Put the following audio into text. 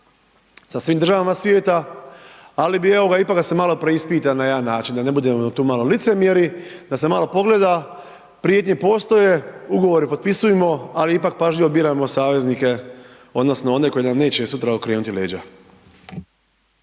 sa svim državama svijeta, ali bi, evo ga, ipak da se malo preispitam na jedan način, da ne budemo tu malo licemjeri, da se malo pogleda, prijetnje postoje, ugovore potpisujemo, ali ipak pažljivo biramo saveznike odnosno one koji nam neće sutra okrenuti leđa.